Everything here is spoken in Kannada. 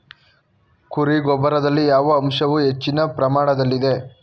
ಕುರಿ ಗೊಬ್ಬರದಲ್ಲಿ ಯಾವ ಅಂಶವು ಹೆಚ್ಚಿನ ಪ್ರಮಾಣದಲ್ಲಿದೆ?